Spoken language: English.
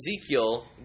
Ezekiel